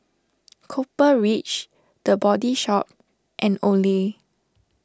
Copper Ridge the Body Shop and Olay